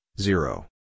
zero